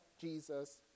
Jesus